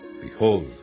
Behold